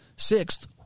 Sixth